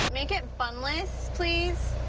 make it bunless, please.